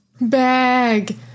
Bag